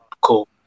cool